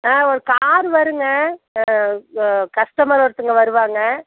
ஆ ஒரு காரு வருங்க கஸ்டமர் ஒருத்தங்க வருவாங்க